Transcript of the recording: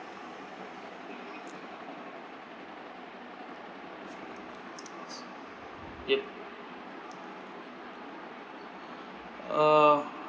yup uh